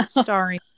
starring